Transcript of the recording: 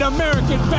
American